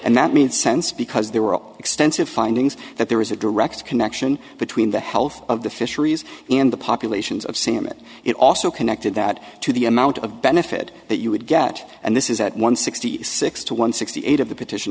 and that means sense because there were extensive findings that there is a direct connection between the health of the fisheries and the populations of salmon it also connected that to the amount of benefit that you would get and this is at one sixty six to one sixty eight of the petition